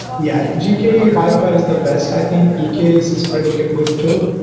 yeah. gke by far is the best i think eks is is pretty good good too.